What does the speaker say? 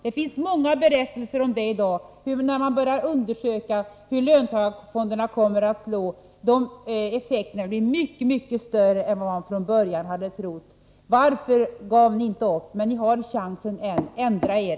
Det finns många berättelser om det i dag — när man börjar undersöka hur löntagarfonderna kommer att slå, finner man att effekterna blir mycket större än man från början hade trott. Varför gav ni inte upp? Men ni har chansen än. Ändra er!